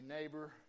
neighbor